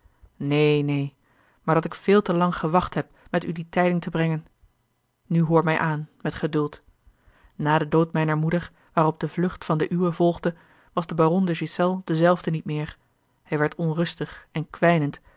neen neen maar dat ik veel te lang gewacht heb met u die tijding te brengen nu hoor mij aan met geduld na den dood mijner moeder waarop de vlucht van de uwe volgde was de baron de ghiselles dezelfde niet meer hij werd onrustig en